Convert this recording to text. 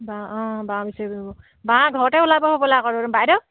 অঁ বাঁহ বিচাৰি বাঁহ ঘৰতে ওলাব হ'লে আৰু বাইদেউ